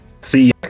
See